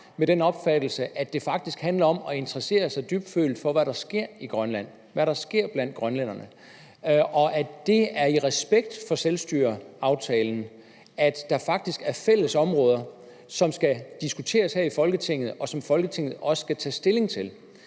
med den opfattelse, at det faktisk handler om at interessere sig dybtfølt for, hvad der sker i Grønland, hvad der sker blandt grønlænderne, og at det er i respekt for selvstyreaftalen, at der faktisk er fælles områder, som skal diskuteres her i Folketinget, og som Folketinget også skal tage stilling til.